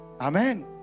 Amen